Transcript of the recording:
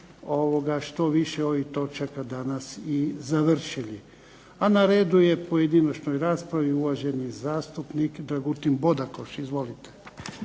što više ovih točaka danas i završili. A na redu je pojedinačnoj raspravi uvaženi zastupnik Dragutin Bodakoš. Izvolite.